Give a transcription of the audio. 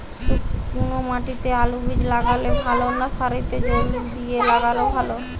শুক্নো মাটিতে আলুবীজ লাগালে ভালো না সারিতে জল দিয়ে লাগালে ভালো?